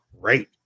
great